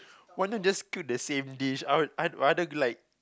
why don't you just cook the same dish I would I rather like